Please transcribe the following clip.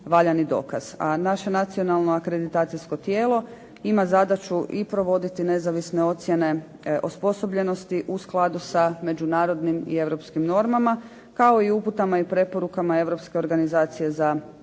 A naše Nacionalno akreditacijsko tijelo ima zadaću i provoditi nezavisne ocjene osposobljenosti u skladu sa međunarodnim i europskim normama, kao i uputama i preporukama Europske organizacije za akreditaciju,